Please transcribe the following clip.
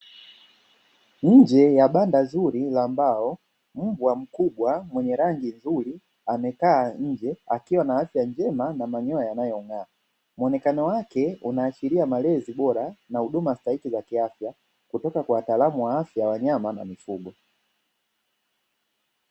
Nje ya banda zuri la mbao mbwa mkubwa mwenye rangi nzuri amekaa nje akiwa na afya njema na manyoya yanayo ng'aa, muonekano wake unaashiria malezi bora na huduma stahiki za kiafya kutoka kwa wataalamu wa afya ya wanyama ama mifugo.